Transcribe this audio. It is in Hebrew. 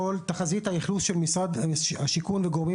תחזית האכלוס של משרד השיכון וגורמים